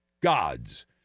gods